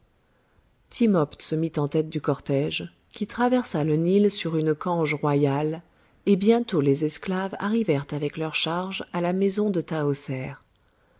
se mit en tête du cortège qui traversa le nil sur une cange royale et bientôt les esclaves arrivèrent avec leur charge à la maison de